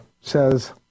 says